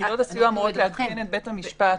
יחידות הסיוע אמורות לעדכן את בית המשפט,